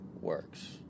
works